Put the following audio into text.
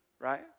right